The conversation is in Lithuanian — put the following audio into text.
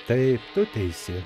taip tu teisi